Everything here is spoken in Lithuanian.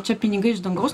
čia pinigai iš dangaus